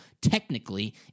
technically